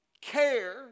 care